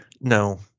No